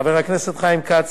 חבר הכנסת חיים כץ,